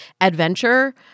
adventure